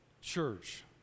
church